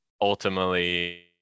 ultimately